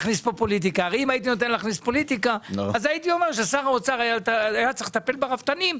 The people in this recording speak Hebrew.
מזלזל בעניין של הרפתנים,